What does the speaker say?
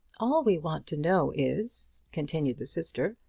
all we want to know is, continued the sister,